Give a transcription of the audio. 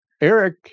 Eric